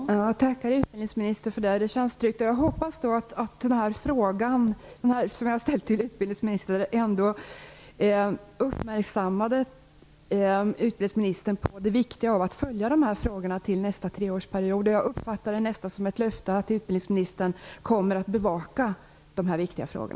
Fru talman! Jag tackar utbildningsministern för detta besked. Det känns tryggt. Jag hoppas att den fråga som jag har ställt till utbildningsministern har uppmärksammat honom på det viktiga i att följa dessa spörsmål fram till nästa treårsperiod. Jag uppfattar det nästan som ett löfte att utbildningsministern kommer att bevaka dessa viktiga frågor.